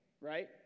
right